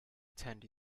attend